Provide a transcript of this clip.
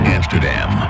Amsterdam